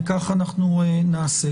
וכך אנחנו נעשה.